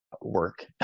work